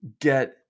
get